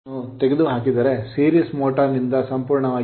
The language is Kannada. Load ಲೋಡ್ ಅನ್ನು ತೆಗೆದುಹಾಕಿದರೆ series motor ಸರಣಿ ಮೋಟರ್ ನಿಂದ ಸಂಪೂರ್ಣವಾಗಿ